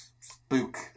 spook